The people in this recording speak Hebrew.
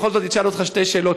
בכל זאת אשאל אותך שתי שאלות.